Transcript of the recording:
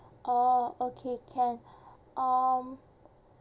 orh okay can um